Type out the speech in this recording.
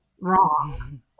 wrong